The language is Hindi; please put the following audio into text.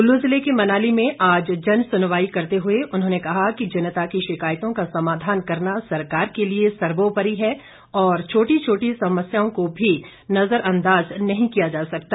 कुल्लू जिले के मनाली में आज जन सुनवाई करते हुए उन्होंने कहा कि जनता की शिकायतों का समाधान करना सरकार के लिए सर्वोपरि है और छोटी छोटी समस्याओं को भी नजर अंदाज नहीं किया जा सकता